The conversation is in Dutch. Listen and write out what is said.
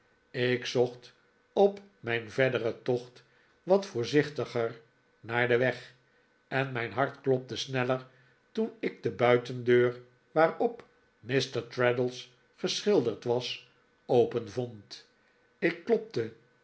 ik zocht op mijn verderen tocht wat voorzichtiger naar den weg en mijn hart klopte sneller toen ik de buitendeur waarop mr traddles geschilderd was open vond ik klopte